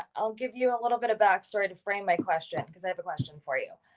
i'll give you a little bit of back story to frame my question, cause i have a question for you.